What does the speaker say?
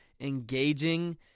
engaging